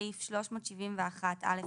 בסעיף 371(א)(5)(ה),